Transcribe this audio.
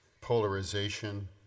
polarization